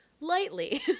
lightly